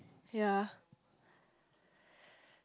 ya